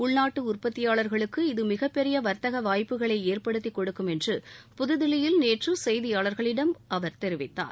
உள்நாட்டு உற்பத்தியாளர்களுக்கு இது மிகப்பெரிய வர்த்தக வாய்ப்புகளை ஏற்படுத்திக் கொடுக்கும் என்று புதுதில்லியில் நேற்று செய்தியாளர்களிடம் அவர் தெரிவித்தார்